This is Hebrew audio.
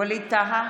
ווליד טאהא,